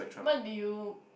what do you